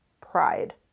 pride